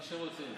מה שרוצים.